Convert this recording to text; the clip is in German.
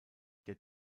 der